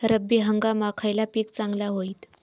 रब्बी हंगामाक खयला पीक चांगला होईत?